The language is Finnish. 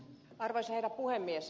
arvoisa herra puhemies